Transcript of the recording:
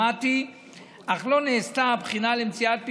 אך לא נעשתה הבחינה למציאת פתרונות.